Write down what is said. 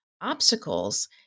obstacles